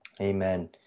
amen